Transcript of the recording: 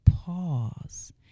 pause